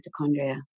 mitochondria